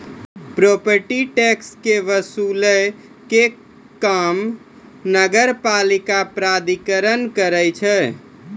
property tax के वसूलै के काम नगरपालिका प्राधिकरण करै छै